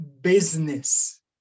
business